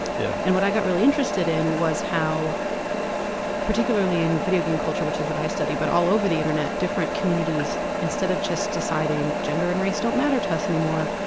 yeah. and what i got really interested in was how particularly in videogame culture which is what i study but all over the internet different communities instead of just deciding gender and race don't matter to us anymore.